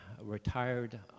retired